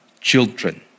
children